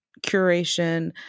curation